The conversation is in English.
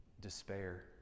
despair